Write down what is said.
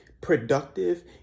productive